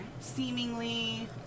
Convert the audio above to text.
Seemingly